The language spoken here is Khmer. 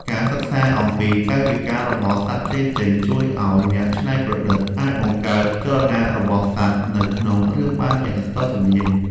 ការសិក្សាអំពីកាយវិការរបស់សត្វផ្សេងៗជួយឱ្យអ្នកច្នៃប្រឌិតអាចបង្កើតចលនារបស់សត្វនៅក្នុងរឿងបានយ៉ាងស្ទាត់ជំនាញ។